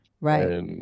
Right